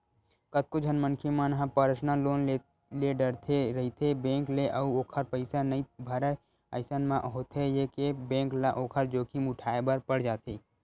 कतको झन मनखे मन ह पर्सनल लोन ले डरथे रहिथे बेंक ले अउ ओखर पइसा नइ भरय अइसन म होथे ये के बेंक ल ओखर जोखिम उठाय बर पड़ जाथे